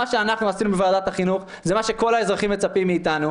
מה שאנחנו עשינו בוועדת החינוך זה מה שכל האזרחים מצפים מאיתנו,